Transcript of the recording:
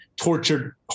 tortured